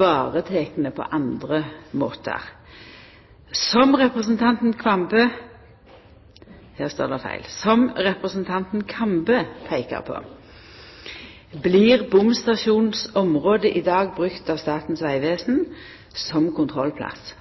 varetekne på andre måtar. Som representanten Kambe peikar på, blir bomstasjonsområdet i dag brukt av Statens vegvesen som kontrollplass.